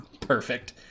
Perfect